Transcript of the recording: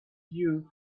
you